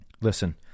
Listen